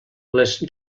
les